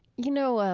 you know, ah